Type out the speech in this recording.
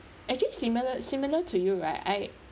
actually similar similar to you right I